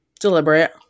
Deliberate